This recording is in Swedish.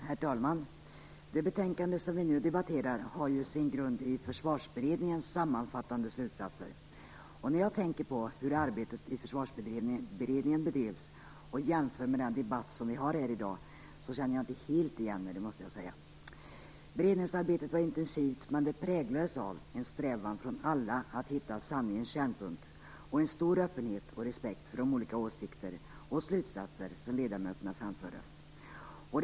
Herr talman! Det betänkande vi nu debatterar har sin grund i Försvarsberedningens sammanfattande slutsatser. När jag tänker på hur arbetet i Försvarsberedningen bedrevs och jämför med dagens debatt måste jag säga att jag inte helt känner igen mig. Beredningsarbetet var intensivt, men det präglades av en strävan från alla att hitta sanningens kärnpunkt och av en stor öppenhet och respekt för de olika åsikter och slutsatser som ledamöterna framförde.